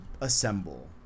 assemble